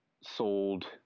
sold